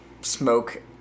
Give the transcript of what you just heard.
smoke